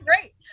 Great